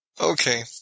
Okay